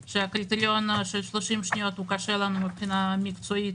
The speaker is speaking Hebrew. שהקריטריון של 30 שניות הוא קשה לנו מבחינה מקצועית,